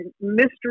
mystery